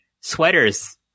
sweaters